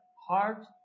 heart